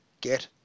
get